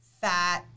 fat